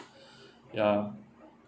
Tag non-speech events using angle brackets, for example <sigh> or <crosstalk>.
<breath> ya